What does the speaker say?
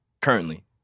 Currently